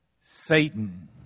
Satan